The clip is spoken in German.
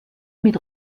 mit